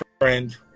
friend